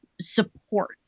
support